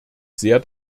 sehr